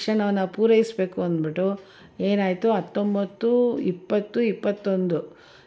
ಶಿಕ್ಷಣವನ್ನು ಪೂರೈಸಬೇಕು ಅಂದ್ಬಿಟ್ಟು ಏನಾಯಿತು ಹತ್ತೊಂಬತ್ತು ಇಪ್ಪತ್ತು ಇಪ್ಪತ್ತೊಂದು